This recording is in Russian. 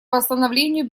восстановлению